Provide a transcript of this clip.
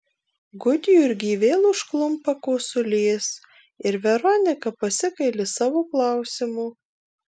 gudjurgį vėl užklumpa kosulys ir veronika pasigaili savo klausimo